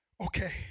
Okay